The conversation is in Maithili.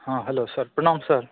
हँ हेलो सर प्रणाम सर